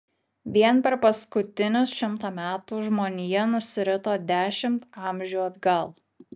vien per paskutinius šimtą metų žmonija nusirito dešimt amžių atgal